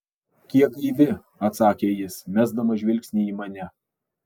kiek gaivi atsakė jis mesdamas žvilgsnį į mane